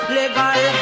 legal